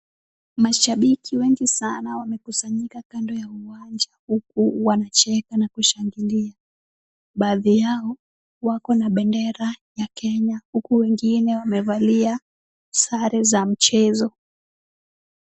Mashabiki wengi sana wamekusanyika kando ya uwanja huku wanacheka na kushangilia. Baadhi yao wako na bendera ya Kenya huku wengine wamevalia sare za mchezo.